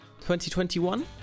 2021